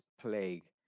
plague